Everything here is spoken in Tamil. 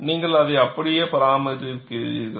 நீங்கள் அதை அப்படியே பராமரிக்கிறீர்கள்